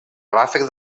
ràfec